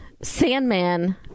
Sandman